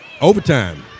Overtime